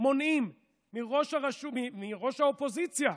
מונעים מראש האופוזיציה,